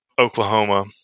Oklahoma